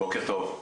בוקר טוב,